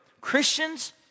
Christians